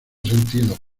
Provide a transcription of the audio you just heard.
sentido